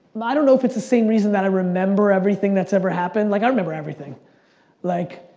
um i don't know if it's the same reason that i remember everything that's ever happened, like i remember everything like,